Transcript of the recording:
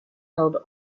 held